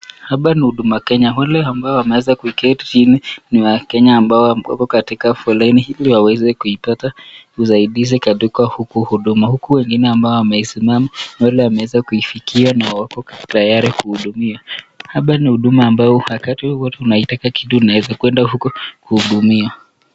Hapa ni huduma Kenya wale ambao wameweza kuiketi chini ni wa Kenya ambao wako katika foleni ili waweze kuipata kusaidizi katika huku huduma. Huku wengine ambao wamesimama wale wameweza kuifikia na wako tayari kuhudumia. Haba ni huduma ambayo wakati ule ulikuwa unaitaka kitu unaweza kwenda huko kuhudumia.